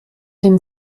dem